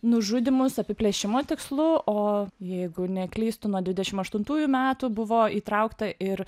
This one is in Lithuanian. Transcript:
nužudymus apiplėšimo tikslu o jeigu neklystu nuo dvidešim aštuntųjų metų buvo įtraukta ir